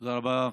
תודה רבה.